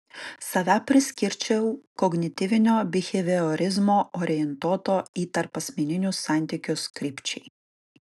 save priskirčiau kognityvinio biheviorizmo orientuoto į tarpasmeninius santykius krypčiai